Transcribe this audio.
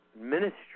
ministry